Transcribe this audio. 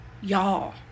y'all